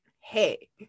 hey